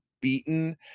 beaten